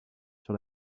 sur